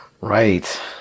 Right